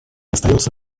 остается